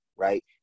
Right